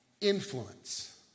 influence